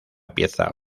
pieza